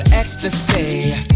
ecstasy